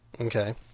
Okay